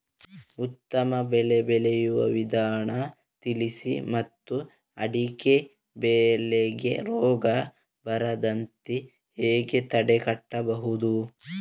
ಉತ್ತಮ ಬೆಳೆ ಬೆಳೆಯುವ ವಿಧಾನ ತಿಳಿಸಿ ಮತ್ತು ಅಡಿಕೆ ಬೆಳೆಗೆ ರೋಗ ಬರದಂತೆ ಹೇಗೆ ತಡೆಗಟ್ಟಬಹುದು?